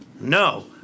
No